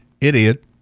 idiot